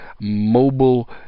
Mobile